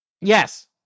Yes